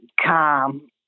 calm